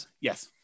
Yes